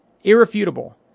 irrefutable